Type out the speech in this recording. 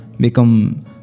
become